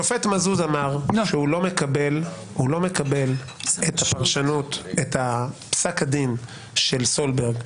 השופט מזוז אמר שהוא לא מקבל את פסק הדין של סולברג,